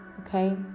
okay